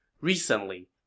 Recently